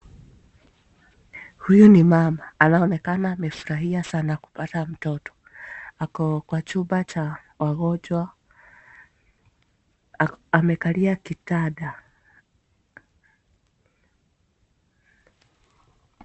Huyu ni mama anaonekana amefurahia sana kupata mtoto, ako kwa chumba cha wagonjwa amekalia kitanda.